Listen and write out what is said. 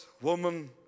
woman